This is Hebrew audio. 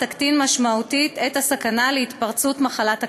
יקטין משמעותית את הסכנה של התפרצות מחלת הכלבת.